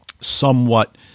somewhat